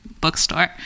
bookstore